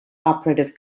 operative